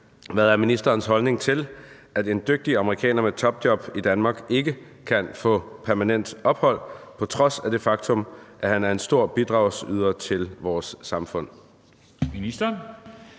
Hvad er ministerens holdning til, at en dygtig amerikaner med topjob i Danmark ikke kan få permanent ophold på trods af det faktum, at han er en stor bidragsyder til vores samfund?